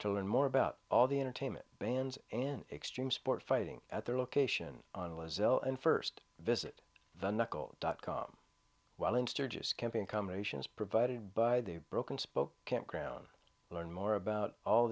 to learn more about all the entertainment bands and extreme sports fighting at their location on was ill and first visit dot com while in sturgis camping combinations provided by the broken spokane crown learn more about all